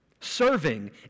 Serving